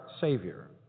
Savior